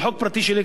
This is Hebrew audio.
זה חוק פרטי שלי,